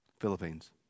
Philippines